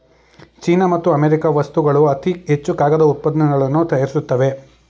China ಮತ್ತು America ವಸ್ತುಗಳು ಅತಿ ಹೆಚ್ಚು ಕಾಗದ ಉತ್ಪನ್ನಗಳನ್ನು ತಯಾರಿಸುತ್ತವೆ